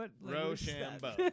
Rochambeau